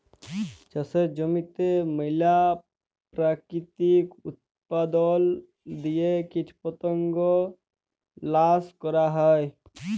চাষের জমিতে ম্যালা পেরাকিতিক উপাদাল দিঁয়ে কীটপতঙ্গ ল্যাশ ক্যরা হ্যয়